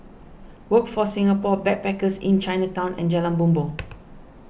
Workforce Singapore Backpackers Inn Chinatown and Jalan Bumbong